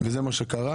וזה מה שקרה.